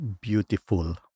Beautiful